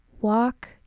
walk